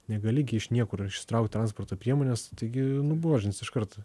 negali gi iš niekur išsitraukt transporto priemonės taigi nubuožins iškart